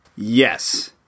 Yes